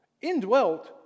indwelt